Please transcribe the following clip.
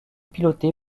pilotée